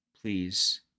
Please